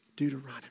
Deuteronomy